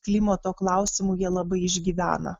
klimato klausimu jie labai išgyvena